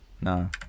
no